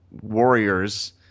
warriors